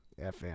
FM